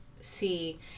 see